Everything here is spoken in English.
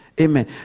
Amen